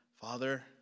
Father